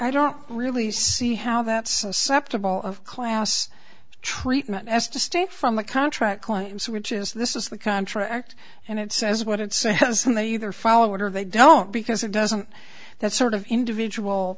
i don't really see how that susceptible of class treatment as distinct from the contract claims which is this is the contract and it says what it says and they either follow it or they don't because it doesn't that sort of individual